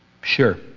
Sure